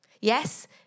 Yes